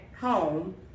home